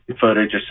footage